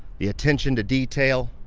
the attention to detail.